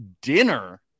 dinner